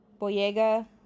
Boyega